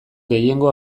gehiengo